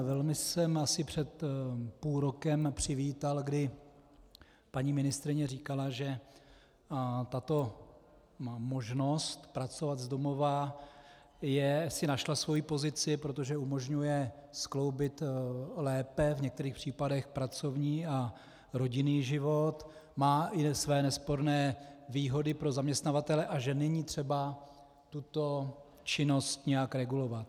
Velmi jsem asi před půl rokem přivítal, kdy paní ministryně říkala, že tato možnost pracovat z domova si našla svoji pozici, protože umožňuje skloubit lépe v některých případech pracovní a rodinný život, má i své nesporné výhody pro zaměstnavatele, a že není třeba tuto činnost nějak regulovat.